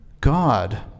God